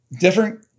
Different